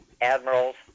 Admirals